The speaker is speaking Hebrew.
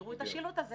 תראו את השילוט הזה